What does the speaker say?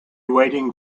waiting